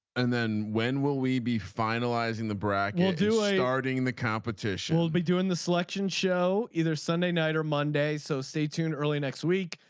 and then when will we be finalizing the brackets do ah guarding the competition. we'll be doing the selection show either sunday night or monday. so stay tuned early next week.